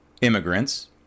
immigrants